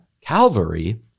Calvary